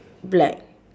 black